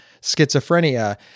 schizophrenia